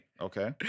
Okay